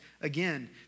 again